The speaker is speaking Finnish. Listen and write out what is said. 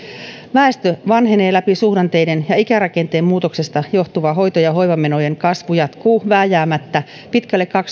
väestö vanhenee läpi suhdanteiden ja ikärakenteen muutoksesta johtuva hoito ja hoivamenojen kasvu jatkuu vääjäämättä pitkälle